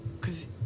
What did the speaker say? Cause